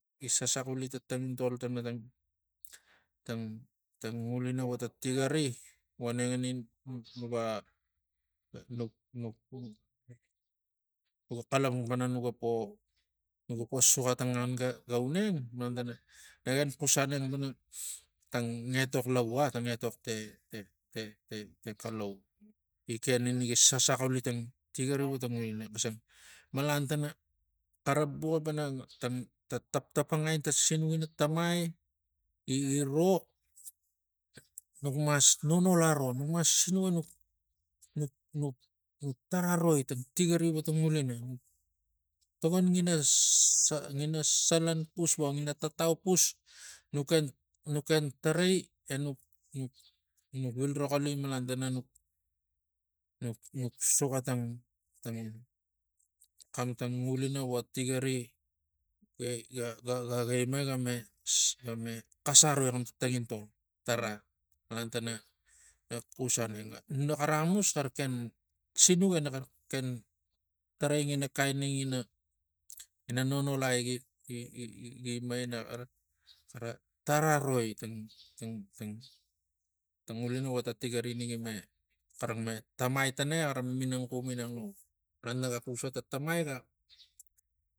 Gi sasaxuli tang tangintol tana tang tang tang tang ngulina vo tang tigari vonengari nu nuk nuga nuk- nuk- nuk nuk nuga xalapang pana nuga po- nuga po suxa ta ngan ga uneng malan tana nak ken xus aneng pana tang etok lavu a ta etok te- te- te kalau gi ken ini gi saxaxuli tang tigani vo tang ngulina xisang malan tana xara buxi pana tang ta taptapangai ta sinuk ina tamai gi giroz nuk mas nonol aro nuk mas sinuk enuk nuk- nuk tarai roi tang tigari vo tang ngulina togon ngina sa ngina sa salan pus vo ngina tatau pus nuk- nuk suxa tarai enuk nuk- nuk villi roxoli malan tana nuk nuk- nuk- nuk suxa tang tang tang ngulina vo ta tigari ga- ga ga- ga ima ega xas aroi xam tang tangintol tara malan tana nak xus aneng naxara axamus xara ken sinuk ina xara ken tarai ngina kain ina ngina noholai gi- gi- gi ima ina xara xara tara noi tang tang tang ngulina vo ta tigari ina gi me xara me tamai tana e xara minang xum inaglo mmalana naga xus vo ta tamai ga.